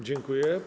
Dziękuję.